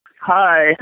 Hi